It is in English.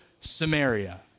Samaria